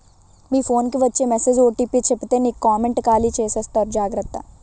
మీ phone కి వచ్చే message OTP చెప్పితే నీకే కామెంటు ఖాళీ చేసేస్తారు జాగ్రత్త